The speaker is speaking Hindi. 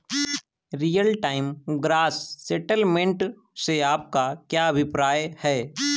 रियल टाइम ग्रॉस सेटलमेंट से आपका क्या अभिप्राय है?